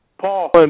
Paul